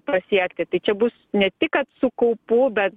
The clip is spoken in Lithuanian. pasiekti tai čia bus ne tik kad su kaupu bet